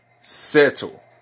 settle